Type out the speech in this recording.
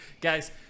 Guys